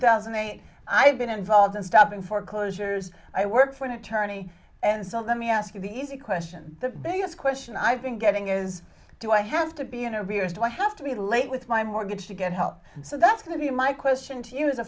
thousand i have been involved in stopping foreclosures i work for an attorney and some let me ask you the easy question the biggest question i've been getting is do i have to be interviewed do i have to be late with my mortgage to get help and so that's going to be my question to you as a